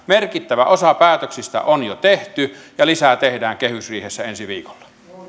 merkittävä osa päätöksistä on jo tehty ja lisää tehdään kehysriihessä ensi viikolla